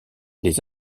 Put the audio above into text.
les